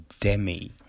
Demi